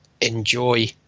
enjoy